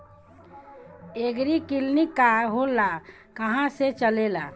एगरी clinic का होला कहवा से चलेँला?